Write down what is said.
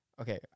Okay